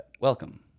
Welcome